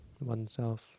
oneself